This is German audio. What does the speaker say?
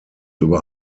über